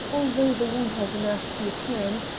although the wound has a nasty appearance,